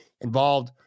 involved